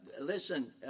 listen